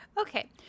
Okay